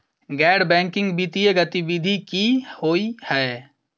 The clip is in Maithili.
गैर बैंकिंग वित्तीय गतिविधि की होइ है?